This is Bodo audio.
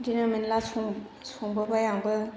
बेदिनो मेरला सङो संबोबाय आंबो